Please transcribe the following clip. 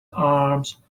arms